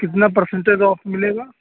کتنا percentage of ملے گا